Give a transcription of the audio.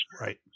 Right